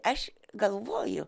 aš galvoju